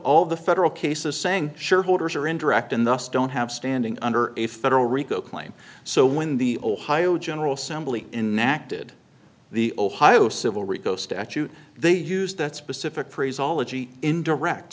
all the federal cases saying shareholders are indirect and thus don't have standing under a federal rico claim so when the ohio general simply enact it the ohio civil rico statute they use that specific